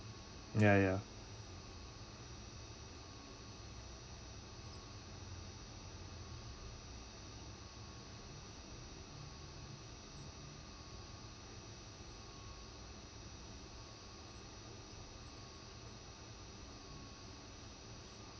ya ya